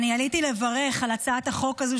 אני עליתי לברך על הצעת החוק הזו,